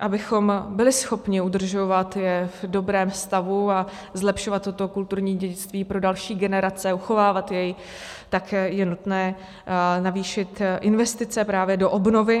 abychom byli schopni udržovat je v dobrém stavu a zlepšovat toto kulturní dědictví pro další generace, uchovávat jej, tak je nutné navýšit investice právě do obnovy.